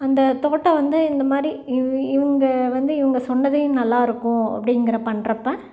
அந்த தோட்டம் வந்து இந்த மாதிரி இவங்க இவங்க வந்து இவங்க சொன்னது நல்லா இருக்கும் அப்படிங்குற பண்ணுறப்ப